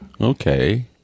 Okay